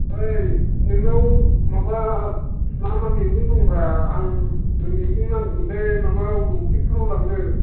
ओइ नोंनाव माबा मा मा मैगं दंब्रा आं मैगं नांगौमोनलै माबायाव लखिमपुराव लांनो